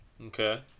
Okay